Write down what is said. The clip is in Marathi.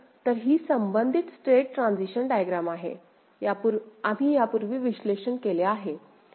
तर ही संबंधित स्टेट ट्रान्सिशन डायग्रॅम आहे आम्ही यापूर्वी विश्लेषण केले आहे